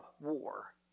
war